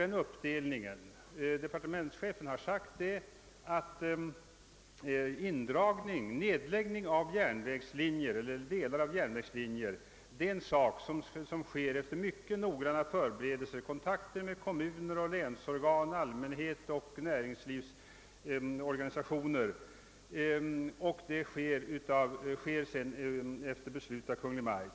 Departementschefen har uttalat att nedläggningar av järnvägslinjer eler delar av sådana föregås av mycket noggranna förberedelser, av kontakter med kommuner, med länsorgan, med allmänheten och med näringslivsorganisationer och endast genomförs efter beslut av Kungl. Maj:t.